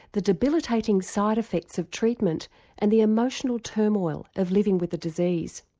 the debilitating side effects of treatment and the emotional turmoil of living with the disease.